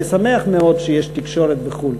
אני שמח מאוד שיש תקשורת בחו"ל,